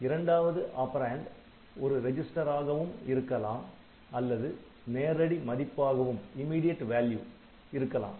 இரண்டாவது ஆப்பரேன்டு ஒரு ரெஜிஸ்டர் ஆகவும் இருக்கலாம் அல்லது நேரடி மதிப்பாகவும் இருக்கலாம்